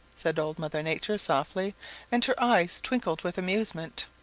said old mother nature softly and her eyes twinkled with amusement.